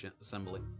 assembly